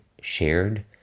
shared